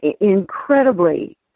incredibly